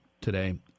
today